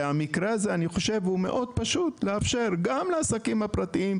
אני חושב שהמקרה הזה מאוד פשוט לאפשר גם לעסקים הפרטיים,